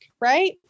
Right